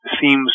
seems